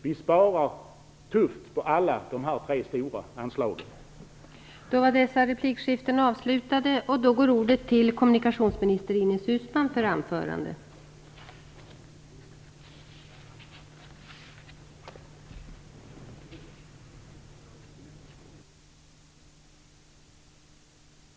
Vi sparar tufft på alla dessa tre stora anslagsområden.